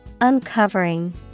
uncovering